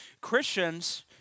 Christians